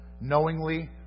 knowingly